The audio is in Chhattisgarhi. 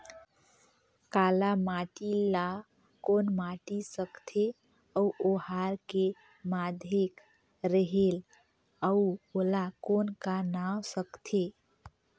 काला माटी ला कौन माटी सकथे अउ ओहार के माधेक रेहेल अउ ओला कौन का नाव सकथे?